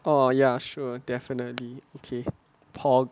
oh ya sure definitely okay pog